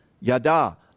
yada